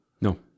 No